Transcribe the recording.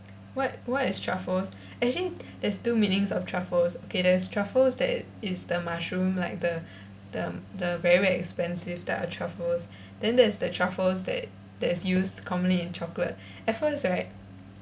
what what is truffles actually there's two meanings of truffles okay there's truffles that is the mushroom like the the the very very expensive type of truffles then there is the truffles that that is used commonly in chocolate at first right